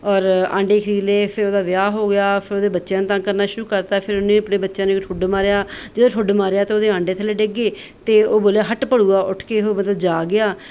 ਔਰ ਆਂਡੇ ਖਰੀਦਲੇ ਫਿਰ ਉਹਦਾ ਵਿਆਹ ਹੋ ਗਿਆ ਫਿਰ ਉਹਦੇ ਬੱਚਿਆਂ ਨੂੰ ਤੰਗ ਕਰਨਾ ਸ਼ੁਰੂ ਕਰਤਾ ਫਿਰ ਉਹਨੇ ਆਪਣੇ ਬੱਚਿਆਂ ਨੂੰ ਠੁੱਡ ਮਾਰਿਆ ਅਤੇ ਜਦੋਂ ਠੁੱਡ ਮਾਰਿਆ ਅਤੇ ਉਹਦੇ ਆਂਡੇ ਥੱਲੇ ਡਿੱਗ ਗੇ ਅਤੇ ਉਹ ਬੋਲਿਆ ਹੱਟ ਭਲੂਆ ਉੱਠ ਕੇ ਮਤਲਬ ਉਹ ਜਾਗ ਗਿਆ